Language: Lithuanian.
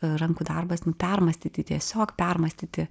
rankų darbas nu permąstyti tiesiog permąstyti